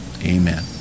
amen